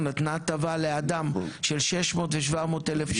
נתנה הטבה לאדם של 600,000 ו-700,000 שקלים.